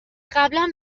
قبلا